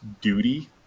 duty